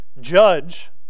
Judge